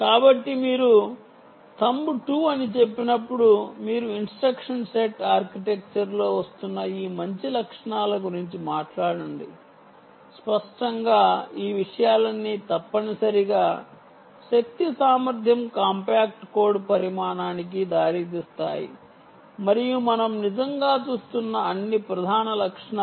కాబట్టి మీరు బొటనవేలు 2 అని చెప్పినప్పుడు మీరు ఇన్స్ట్రక్షన్ సెట్ ఆర్కిటెక్చర్లో వస్తున్న ఈ మంచి లక్షణాల గురించి మాట్లాడుతున్నారు స్పష్టంగా ఈ విషయాలన్నీ తప్పనిసరిగా శక్తి సామర్థ్యం కాంపాక్ట్ కోడ్ పరిమాణానికి దారి తీస్తాయి మరియు మనం నిజంగా చూస్తున్న అన్ని ప్రధాన లక్షణాలు